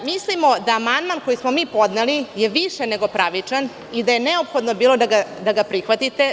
Mislimo da je amandman koji smo mi podneli više nego pravičan i da je neophodno bilo da ga prihvatite.